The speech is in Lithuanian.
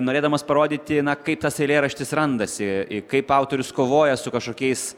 norėdamas parodyti kaip tas eilėraštis randasi kaip autorius kovoja su kažkokiais